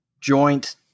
joint